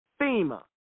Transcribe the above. FEMA